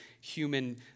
human